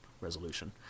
resolution